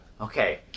okay